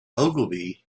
ogilvy